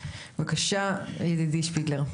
בבקשה, ידידי, שפיגלר.